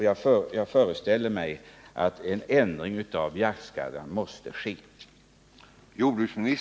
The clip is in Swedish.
Jag föreställer mig att en ändring av jaktstadgan därför måste företas.